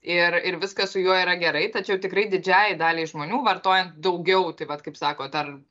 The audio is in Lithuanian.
ir ir viskas su juo yra gerai tačiau tikrai didžiajai daliai žmonių vartojant daugiau tai vat kaip sakot ar